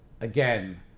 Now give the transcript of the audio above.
again